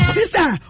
Sister